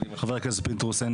חבר הכנסת פינדרוס.